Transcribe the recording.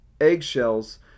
eggshells